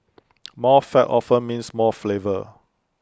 more fat often means more flavour